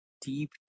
deep